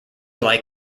like